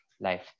life